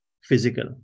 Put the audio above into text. physical